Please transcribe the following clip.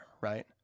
right